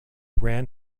ran